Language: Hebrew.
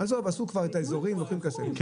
עשו כבר את האזורים לוקחים כסף,